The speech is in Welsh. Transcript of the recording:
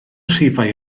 rhifau